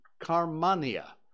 Carmania